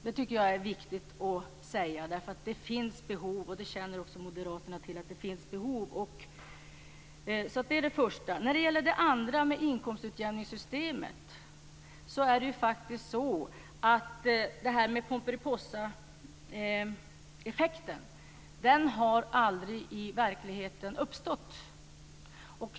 Det tycker jag är viktigt att säga, därför att det finns behov, och det känner också moderaterna till. För det andra: Beträffande inkomstutjämningssystemet vill jag säga att Pomperipossaeffekten aldrig har uppstått i verkligheten.